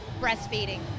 breastfeeding